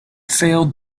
failed